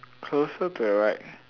closer to the right